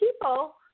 people